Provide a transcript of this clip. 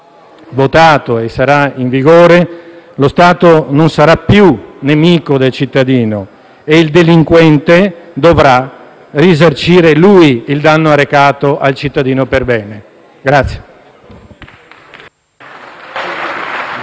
votato e sarà in vigore, non sarà più nemico del cittadino e il delinquente dovrà risarcire, lui, il danno arrecato al cittadino perbene.